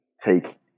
take